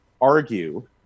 argue